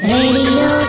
Radio